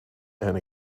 and